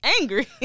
angry